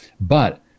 But-